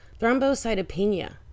thrombocytopenia